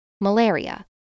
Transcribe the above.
malaria